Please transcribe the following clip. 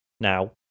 now